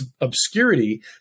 obscurity